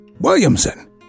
Williamson